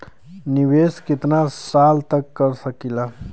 निवेश कितना साल तक कर सकीला?